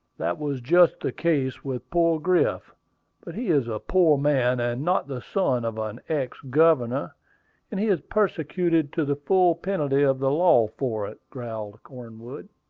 that was just the case with poor griff but he is a poor man, and not the son of an ex-governor and he is persecuted to the full penalty of the law for it, growled cornwood.